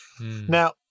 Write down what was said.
Now